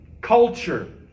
culture